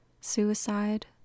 suicide